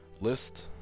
list